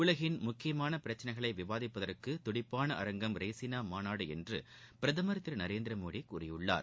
உலகின் முக்கியமான பிரச்சினைகளை விவாதிப்பதற்கு துடிப்பான அரங்கம் ரெய்சினா மாநாடு என்று பிரதமர் திரு நரேந்திர மோடி கூறியிருக்கிறார்